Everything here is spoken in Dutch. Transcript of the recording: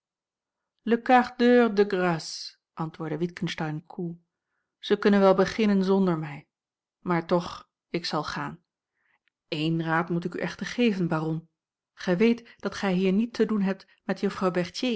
d'heure de grâce antwoordde witgensteyn koel ze kunnen wel beginnen zonder mij maar toch ik zal gaan eén raad moet ik u echter geven baron gij weet dat gij hier niet te doen hebt met